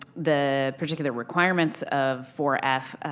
the particular requirements of four f,